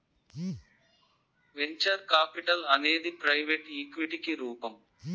venture capital అనేది private ఈక్విటికి రూపం